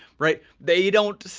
right, they don't,